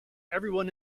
everyone